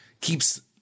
keeps